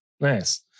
Nice